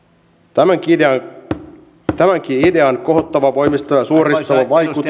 tämänkin idean tämänkin idean kohottava voimistava ja suoristava vaikutus